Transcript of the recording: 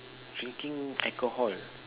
drinking alcohol